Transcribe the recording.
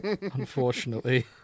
unfortunately